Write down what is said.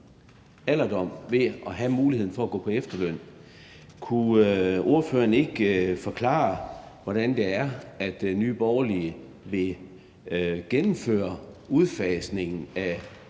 alderdom ved at have muligheden for at gå på efterløn. Kunne ordføreren ikke forklare, hvordan det er, Nye Borgerlige vil gennemføre udfasningen af